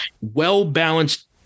well-balanced